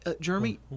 Jeremy